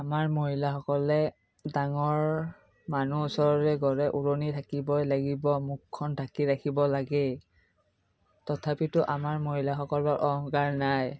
আমাৰ মহিলাসকলে ডাঙৰ মানুহ ওচৰলৈ গ'লে ওৰণি ঢাকিবই লাগিব মুখখন ঢাকি ৰাখিব লাগেই তথাপিতো আমাৰ মহিলাসকলৰ অহংকাৰ নাই